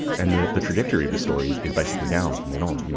and the the trajectory of the story is is basically down from then on. you know